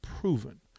proven